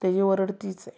त्याची ओरड तीच आहे